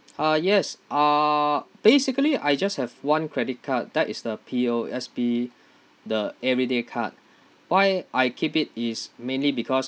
uh yes uh basically I just have one credit card that is the P_O_S_B the everyday card why I keep it it's mainly because